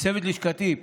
לצוות לשכתי,